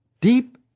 Deep